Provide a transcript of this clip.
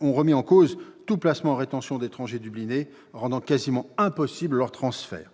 ont remis en cause tout placement en rétention d'étrangers « dublinés », rendant ainsi leur transfert